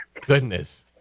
Goodness